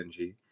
Benji